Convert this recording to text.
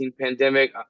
pandemic